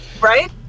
Right